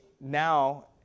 now